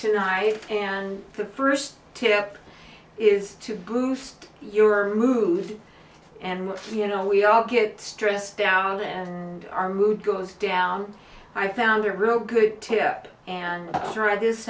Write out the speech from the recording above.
tonight and the first tip is to goof your mood and you know we all get stressed down and our mood goes down i found a real good tip and thread is